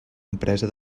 empresa